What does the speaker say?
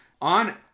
on